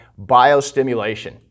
biostimulation